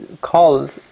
called